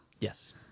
yes